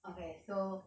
okay so